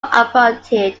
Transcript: apartheid